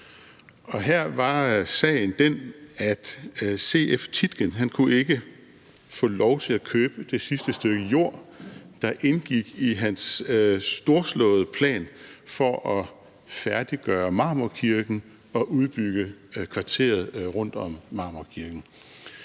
84. Her var sagen den, at C.F. Tietgen ikke kunne få lov til at købe det sidste stykke jord, der indgik i hans storslåede plan for at færdiggøre Marmorkirken og udbygge kvarteret rundt om Marmorkirken.